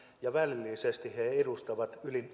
ja välillisesti he edustavat yli